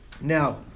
Now